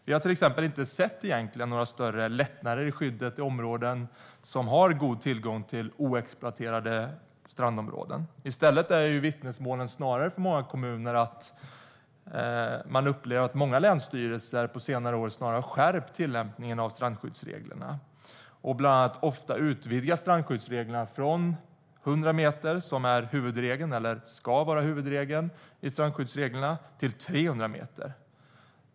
Vi har till exempel inte sett några större lättnader i skyddet i områden som har god tillgång till oexploaterade strandområden. I stället är vittnesmålen från många kommuner att de upplever att många länsstyrelser på senare år snarare har skärpt tillämpningen av strandskyddsreglerna. Bland annat har de ofta utvidgat strandskyddsreglerna från 100 meter, som ska vara huvudregeln i strandskyddsreglerna, till 300 meter.